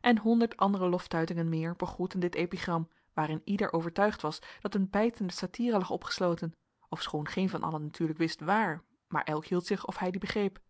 en honderd andere loftuitingen meer begroetten dit epigram waarin ieder overtuigd was dat een bijtende satyre lag opgesloten ofschoon geen van allen natuurlijk wist waar maar elk hield zich of hij die begreep